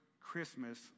Christmas